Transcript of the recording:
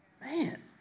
Man